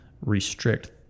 restrict